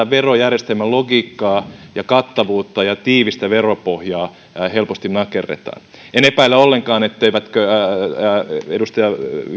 verojärjestelmän logiikkaa ja kattavuutta ja tiivistä veropohjaa helposti nakerretaan en epäile ollenkaan etteivätkö edustaja